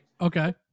Okay